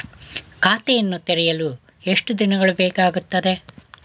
ಖಾತೆಯನ್ನು ತೆರೆಯಲು ಎಷ್ಟು ದಿನಗಳು ಬೇಕಾಗುತ್ತದೆ?